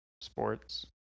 sports